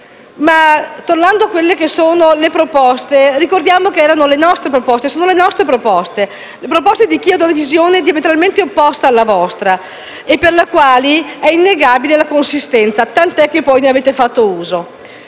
Tornando alle proposte, ricordiamo che erano e sono le nostre proposte, proposte di chi ha una visione diametralmente opposta alla vostra e per le quali è innegabile la consistenza, tant'è che poi ne avete fatto uso.